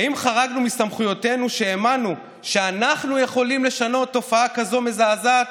האם חרגנו מסמכויותינו כשהאמנו שאנחנו יכולים לשנות תופעה כזאת מזעזעת?